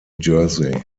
jersey